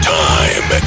time